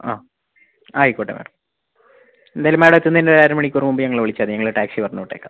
ആ ആയിക്കോട്ടെ മാഡം എന്തായാലും മാഡം എത്തുന്നേന് ഒരു അരമണിക്കൂർ മുൻപ് ഞങ്ങളെ വിളിച്ചാൽ മതി ഞങ്ങൾ ടാക്സി പറഞ്ഞ് വിട്ടേക്കാം